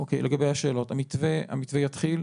המתווה יתחיל,